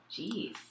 Jeez